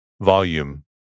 Volume